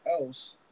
else